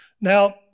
Now